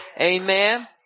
Amen